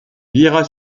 liras